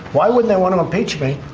why would they want to impeach me.